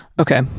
okay